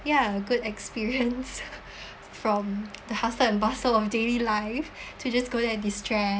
ya good experience from the hustle and bustle of daily life to just go there and destress